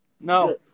No